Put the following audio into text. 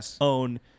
own